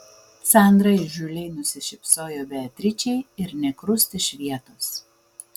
sandra įžūliai nusišypsojo beatričei ir nė krust iš vietos